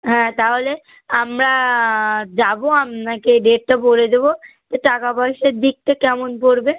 হ্যাঁ তাহলে আমরা যাবো আপনাকে ডেটটা বলে দেবো তো টাকাপয়সার দিকটা কেমন পড়বে